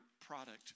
product